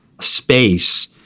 space